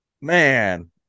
man